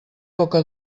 boca